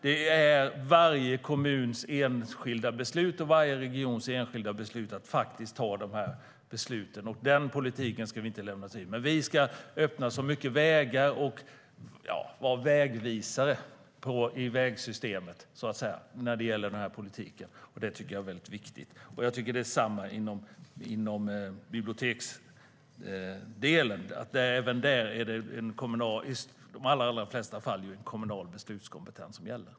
Det är varje kommuns och varje regions enskilda sak att fatta dessa beslut, och den politiken ska vi inte lägga oss i. Men vi ska öppna vägar och så att säga vara vägvisare i systemet när det gäller den här politiken. Det tycker jag är viktigt. Jag tycker samma sak i biblioteksdelen. Även där är det i de allra flesta fall kommunal beslutskompetens som gäller.